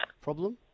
problem